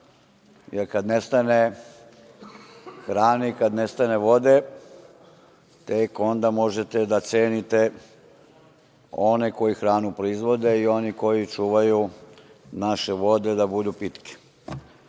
jer kada nestane hrane, kada nestane vode tek onda možete da cenite one koji hranu proizvode i one koji čuvaju naše vode da budu pitke. Mi